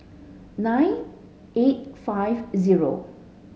nine eight five zero